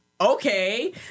Okay